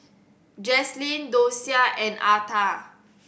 Jaslyn Dosia and Arta